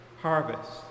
harvest